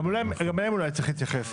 גם אליהם אולי צריך להתייחס.